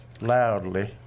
loudly